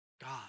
God